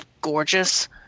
gorgeous